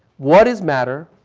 what is matter?